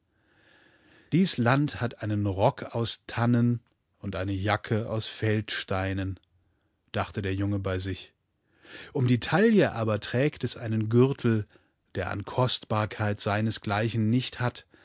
dies land hat einen rock aus tannen und eine jacke aus feldsteinen dachte der junge bei sich um die taille aber trägt es einen gürtel der an kostbarkeit seinesgleichen nicht hat